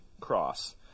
cross